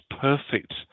perfect